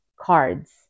cards